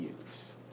use